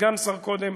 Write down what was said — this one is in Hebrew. וכסגן שר קודם.